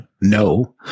no